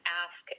ask